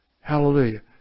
Hallelujah